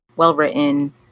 well-written